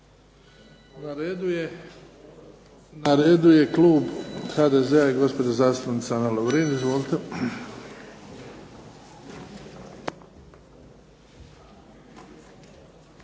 Na redu je klub HDZ-a i gospođa zastupnica Ana Lorin. Izvolite.